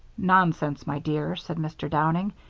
nonsense, my dear, said mr. downing.